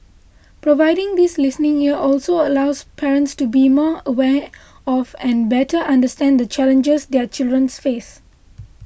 providing this listening ear also allows parents to be more aware of and better understand the challenges their children's face